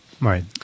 right